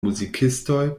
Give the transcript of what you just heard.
muzikistoj